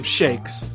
shakes